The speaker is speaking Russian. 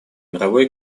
мировой